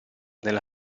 nella